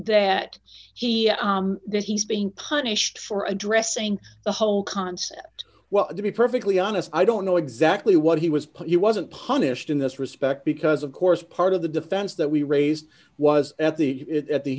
does he's being punished for addressing the whole concept well to be perfectly honest i don't know exactly what he was put he wasn't punished in this respect because of course part of the defense that we raised was at the it at the